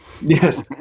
Yes